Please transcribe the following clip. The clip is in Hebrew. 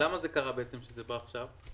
למה זה קרה שזה בא עכשיו?